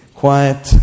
quiet